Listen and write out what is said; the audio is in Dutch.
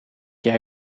jij